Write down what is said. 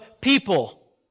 people